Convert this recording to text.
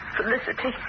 Felicity